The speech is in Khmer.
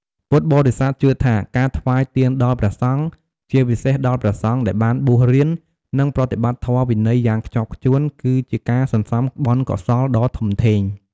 ពុទ្ធបរិស័ទជឿថា ការថ្វាយទានដល់ព្រះសង្ឃ ជាពិសេសដល់ព្រះសង្ឃដែលបានបួសរៀន និងប្រតិបត្តិធម៌វិន័យយ៉ាងខ្ជាប់ខ្ជួន គឺជាការសន្សំបុណ្យកុសលដ៏ធំធេង។